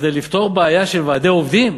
כדי לפתור בעיה של ועדי עובדים,